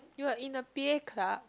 you are in the p_a club